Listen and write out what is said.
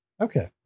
Okay